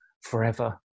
forever